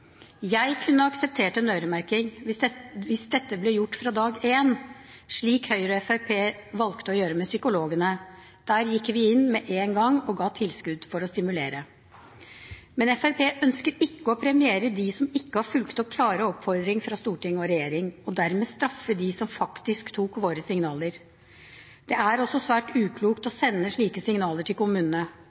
Jeg kunne akseptert en øremerking hvis dette ble gjort fra dag én, slik Høyre og Fremskrittspartiet valgte å gjøre når det gjelder psykologer. Der gikk vi inn med en gang og ga tilskudd for å stimulere. Men Fremskrittspartiet ønsker ikke å premiere dem som ikke har fulgt opp klare oppfordringer fra storting og regjering, og dermed straffe dem som faktisk tok våre signaler. Det er også svært uklokt å sende slike signaler til kommunene.